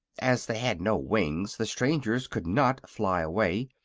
as they had no wings the strangers could not fly away,